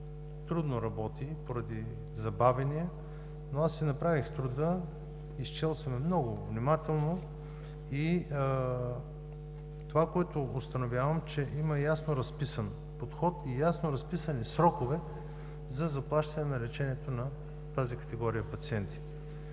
трудно работи поради забавяне, но аз си направих труда, изчел съм я много внимателно и установявам, че има ясно разписан подход и ясно разписани срокове за заплащане на лечението на тази категория пациенти.